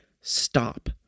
stop